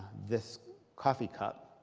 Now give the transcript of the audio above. this coffee cup.